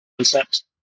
concept